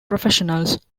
professionals